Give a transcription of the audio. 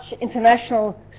international